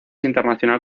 internacional